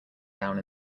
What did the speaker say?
down